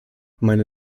meine